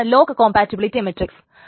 ഇതാണ് lock compatibility matrix